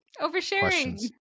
Oversharing